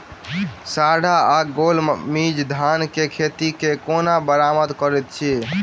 साढ़ा या गौल मीज धान केँ खेती कऽ केना बरबाद करैत अछि?